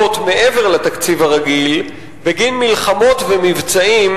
מעבר לתקציב הרגיל בגין מלחמות ומבצעים,